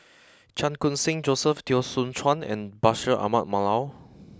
Chan Khun Sing Joseph Teo Soon Chuan and Bashir Ahmad Mallal